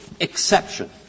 exception